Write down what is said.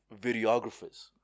videographers